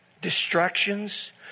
Distractions